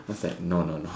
what's that no no no